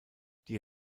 die